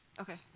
Okay